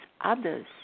others